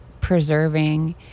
preserving